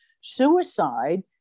suicide